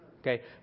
okay